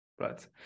Right